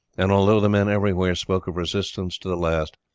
and although the men everywhere spoke of resistance to the last,